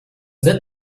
wird